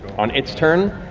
on its turn,